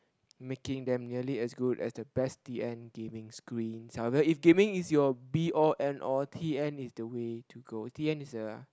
making them nearly as good as the best D_N gaming screen however if gaming is your B O N O T N is the way to go T N is the